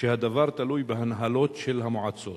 הדבר תלוי בהנהלות של המועצות.